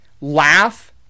laugh